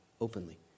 openly